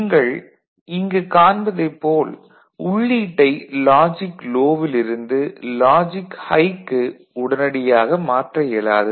நீங்கள் இங்கு காண்பதைப் போல் உள்ளீட்டை லாஜிக் லோ வில் இருந்து லாஜிக் ஹை க்கு உடனடியாக மாற்ற இயலாது